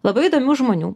labai įdomių žmonių